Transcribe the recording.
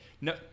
no